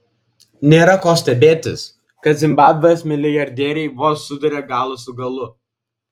nėra ko stebėtis kad zimbabvės milijardieriai vos suduria galą su galu